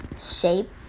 shape